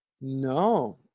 No